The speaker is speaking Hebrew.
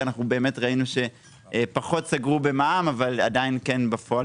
כי ראינו שפחות סגרו במע"מ אבל עדיין כן סגרו עסקים בפועל,